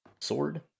sword